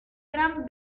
gran